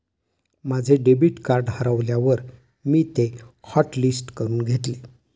माझे debit card हरवल्यावर मी ते हॉटलिस्ट करून घेतले